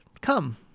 come